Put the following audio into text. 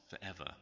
forever